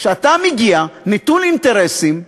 שאתה מגיע נטול אינטרסים.